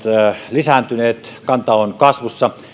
lisääntyneet kanta on kasvussa